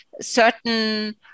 certain